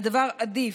הדבר עדיף.